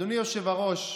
אדוני היושב-ראש,